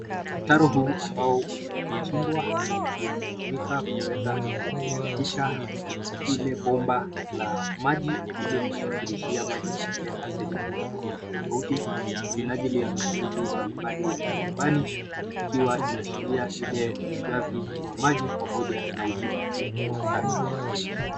Mtaro huu ambao umechimbwa ni la kutumika kuweza kupitisha ile bomba la maji ili kusafirishia maji kupeleka sehemu tofauti tofauti kwa minajili ya matumizi mbalimbali ya kinyumbani ikiwa inaashiria ile ugavi wa maji pamoja na udhibiti wa taka.